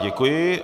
Děkuji.